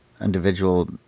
individual